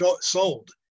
sold